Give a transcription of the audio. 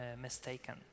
mistaken